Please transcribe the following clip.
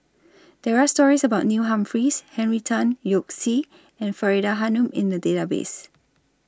There Are stories about Neil Humphreys Henry Tan Yoke See and Faridah Hanum in The Database